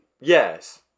Yes